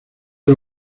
los